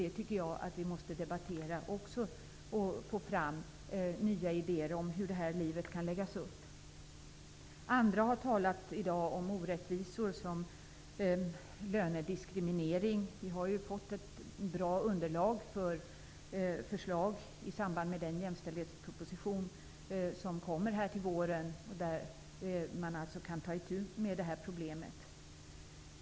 Jag tycker att vi måste debattera och försöka få fram nya idéer om hur det livet kan läggas upp. Andra har talat om orättvisor som t.ex. lönediskriminering. Vi har nu fått ett bra underlag till förslag för den jämställdhetsproposition som skall läggas fram till våren. Då kan vi ta itu med problemet.